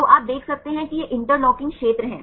तो आप देख सकते हैं कि यह इंटरलॉकिंग क्षेत्र है